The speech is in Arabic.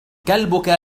كلبك